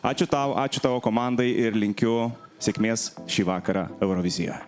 ačiū tau ačiū tavo komandai ir linkiu sėkmės šį vakarą eurovizijoj